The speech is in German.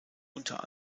unter